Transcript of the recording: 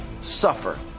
suffer